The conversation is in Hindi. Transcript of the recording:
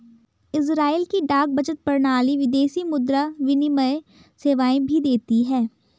इज़राइल की डाक बचत प्रणाली विदेशी मुद्रा विनिमय सेवाएं भी देती है